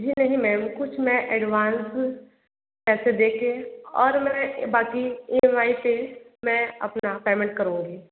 जी नहीं मैम कुछ मैं एडवांस पैसे देकर और मैं बाकी ई एम आई से मैं अपना पेमेंट करूंगी